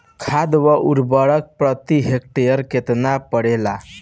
खाद व उर्वरक प्रति हेक्टेयर केतना परेला?